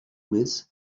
miss